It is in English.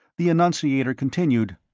the annunciator continued.